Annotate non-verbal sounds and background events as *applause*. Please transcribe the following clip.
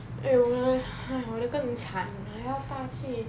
eh 我的 *noise* 我的更惨要搭去